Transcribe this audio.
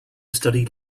studied